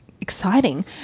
Exciting